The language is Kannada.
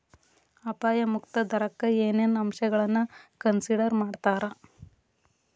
ಅಪಾಯ ಮುಕ್ತ ದರಕ್ಕ ಏನೇನ್ ಅಂಶಗಳನ್ನ ಕನ್ಸಿಡರ್ ಮಾಡ್ತಾರಾ